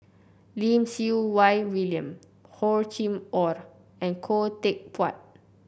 Lim Siew Wai William Hor Chim Or and Khoo Teck Puat